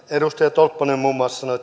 edustaja tolppanen muun muassa sanoi